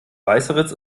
weißeritz